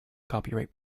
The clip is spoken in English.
copyright